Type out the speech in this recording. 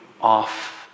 off